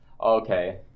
Okay